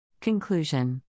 Conclusion